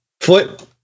foot